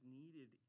needed